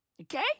Okay